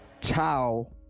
Ciao